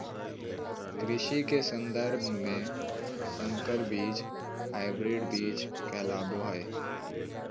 कृषि के सन्दर्भ में संकर बीज हायब्रिड बीज कहलाबो हइ